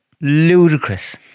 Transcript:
ludicrous